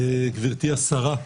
גברתי השרה,